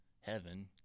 heaven